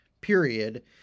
period